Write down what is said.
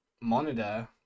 monitor